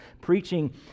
preaching